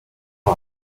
car